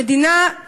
המדינה,